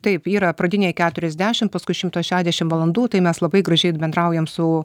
taip yra pradiniai keturiasdešim paskui šimto šedešim valandų tai mes labai gražiai bendraujam su